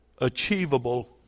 achievable